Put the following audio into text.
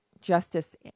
Justice